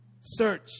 Search